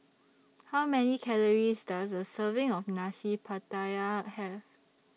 How Many Calories Does A Serving of Nasi Pattaya Have